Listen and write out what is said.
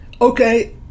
Okay